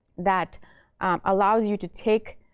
that allows you to take